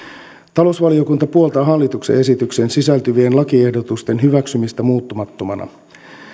talousvaliokunta puoltaa hallituksen esitykseen sisältyvien lakiehdotusten hyväksymistä muuttamattomana